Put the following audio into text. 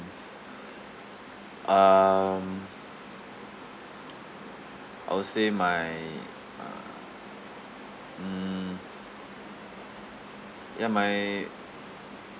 um I'll say my uh hmm ya my